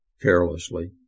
carelessly